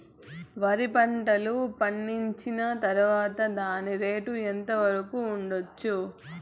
వరి పంటలు పండించిన తర్వాత దాని రేటు ఎంత వరకు ఉండచ్చు